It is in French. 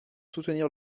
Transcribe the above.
soutenir